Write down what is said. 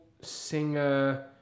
singer